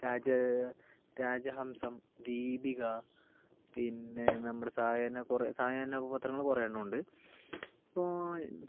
രാജ രാജഹംസം ദീപിക പിന്നെ നമ്മുടെ സായാഹ്ന കുറേ സായാഹ്ന പത്രങ്ങൾ കുറേയെണ്ണം ഉണ്ട് ഇപ്പോൾ